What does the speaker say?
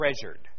treasured